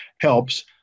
helps